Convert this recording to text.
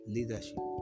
Leadership